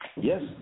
Yes